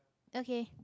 okay